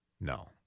No